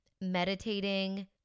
meditating